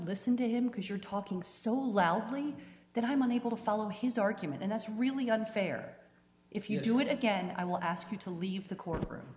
listen to him because you're talking so loudly that i'm unable to follow his argument and that's really unfair if you do it again i will ask you to leave the courtroom